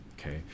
Okay